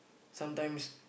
sometimes